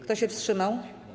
Kto się wstrzymał?